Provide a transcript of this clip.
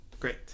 Great